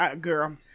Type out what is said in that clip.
girl